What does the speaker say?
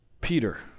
Peter